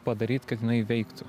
padaryt kad jinai veiktų